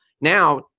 Now